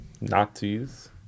Nazis